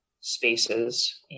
spaces